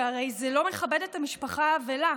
שהרי זה לא מכבד את המשפחה האבלה.